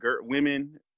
women